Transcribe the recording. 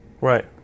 Right